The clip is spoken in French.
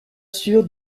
sûr